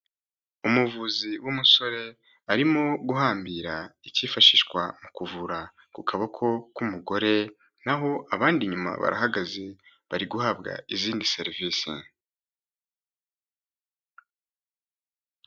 Umuvuzi w'umusore arimo guhambira icyifashishwa mu kuvura ku kaboko k'umugore, naho abandi inyuma barahagaze bari guhabwa izindi serivisi.